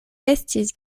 estis